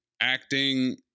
acting